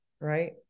right